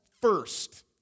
first